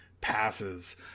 passes